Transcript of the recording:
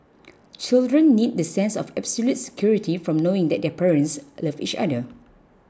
children need the sense of absolute security from knowing that their parents love each other